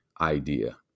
idea